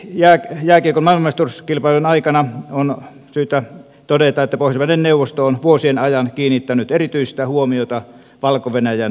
minskin jääkiekon maailmanmestaruuskilpailuiden aikana on syytä todeta että pohjoismaiden neuvosto on vuosien ajan kiinnittänyt erityistä huomiota valko venäjän demokratiakehitykseen